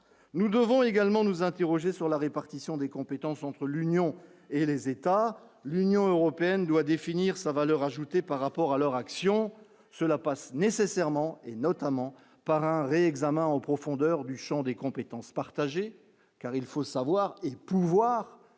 nous devons également nous interroger sur la répartition des compétences entre l'Union et les États, l'Union européenne doit définir sa valeur ajoutée par rapport à leur action, cela passe nécessairement et notamment par un réel examen en profondeur du Champ des compétences partagées, car il faut savoir et pouvoir